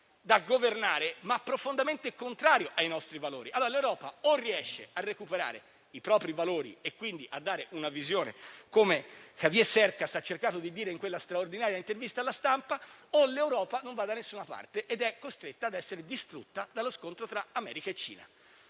da governare, ma profondamente contrario ai nostri valori. O l'Europa riesce a recuperare i propri valori e quindi a dare una visione, come Javier Cercas ha cercato di dire in quella straordinaria intervista a "La Stampa", o non va da nessuna parte ed è costretta a essere distrutta dallo scontro tra America e Cina.